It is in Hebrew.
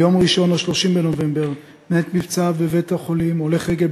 ביום ראשון 30 בנובמבר מת מפצעיו בבית-החולים הולך רגל